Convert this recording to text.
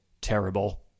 terrible